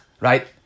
right